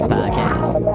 Podcast